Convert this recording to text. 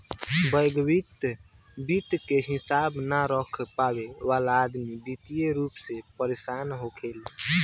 व्यग्तिगत वित्त के हिसाब न रख पावे वाला अदमी वित्तीय रूप से परेसान होखेलेन